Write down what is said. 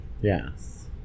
Yes